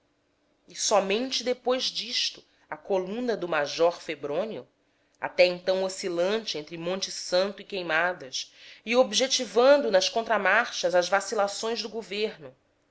e somente depois disto a coluna do major febrônio até então oscilante entre monte santo e queimadas e objetivando